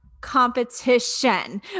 competition